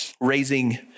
raising